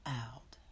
out